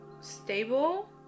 stable